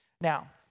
Now